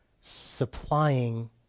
supplying